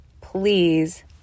please